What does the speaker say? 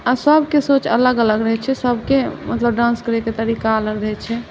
आओर सबके सोच अलग अलग रहै छै सबके मतलब डान्स करैके तरीका अलग रहै छै